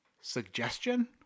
suggestion